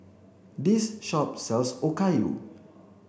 this shop sells Okayu